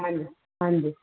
ਹਾਂਜੀ ਹਾਂਜੀ